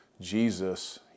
Jesus